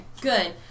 good